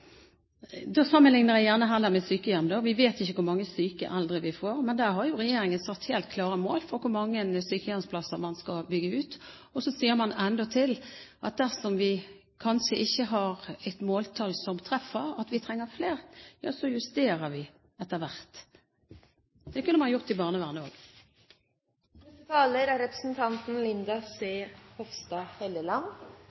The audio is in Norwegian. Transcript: Da sammenlikner jeg gjerne heller med sykehjem. Vi vet ikke hvor mange syke eldre vi får, men regjeringen har jo satt helt klare mål for hvor mange sykehjemsplasser man skal bygge ut. Og så sier man endatil at dersom vi kanskje ikke har et måltall som treffer, og at vi trenger flere plasser, så justerer vi etter hvert. Det kunne man gjort i barnevernet